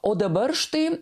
o dabar štai